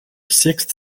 sixth